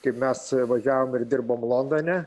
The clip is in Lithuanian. kaip mes važiavom ir dirbom londone